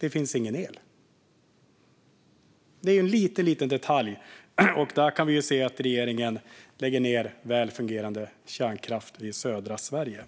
Det finns ingen el. Men regeringen lägger ned väl fungerande kärnkraft i södra Sverige.